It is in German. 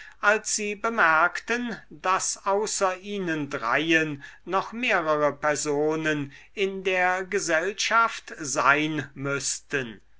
als sie bemerkten daß außer ihnen dreien noch mehrere personen in der gesellschaft sein müßten